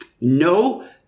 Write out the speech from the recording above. no